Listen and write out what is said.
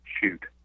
shoot